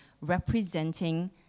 representing